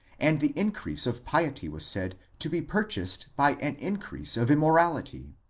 and the increase of piety was said to be purchased by an increase of immorality.